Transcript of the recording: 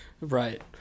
Right